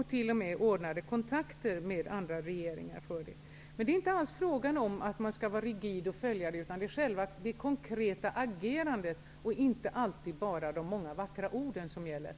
Vi t.o.m. ordnade kontakter med andra regeringar för det ändamålet. Det är inte alls fråga om att man skall vara rigid och följa det som sägs, utan det är fråga om det konkreta agerandet. Det är inte de många vackra orden som gäller.